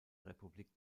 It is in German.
republik